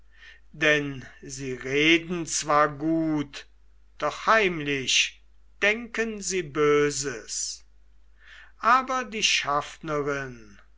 denn sie reden zwar gut doch heimlich denken sie böses aber die